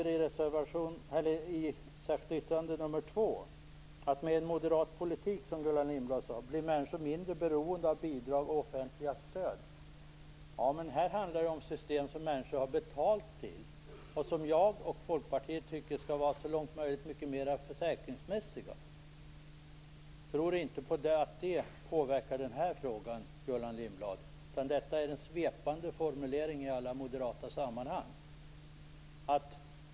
Låt mig avsluta med att citera vad "Med en moderat politik blir människor mindre beroende av bidrag och offentligt stöd". Här handlar det om system som människor har betalt till. Jag och Folkpartiet tycker att dessa system skall vara mycket mer försäkringsmässiga. Jag tror inte att detta påverkar den här frågan, Gullan Lindblad. Detta är en svepande formulering i alla moderata sammanhang.